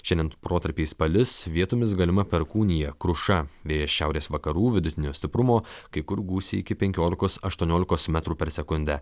šiandien protarpiais palis vietomis galima perkūnija kruša vėjas šiaurės vakarų vidutinio stiprumo kai kur gūsiai iki penkiolikos aštuoniolikos metrų per sekundę